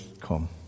come